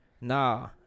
nah